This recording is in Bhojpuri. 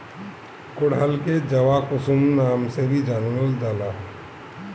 गुड़हल के जवाकुसुम नाम से भी जानल जाला